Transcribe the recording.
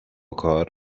کار